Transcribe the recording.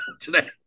today